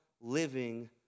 living